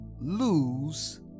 lose